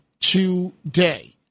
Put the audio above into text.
today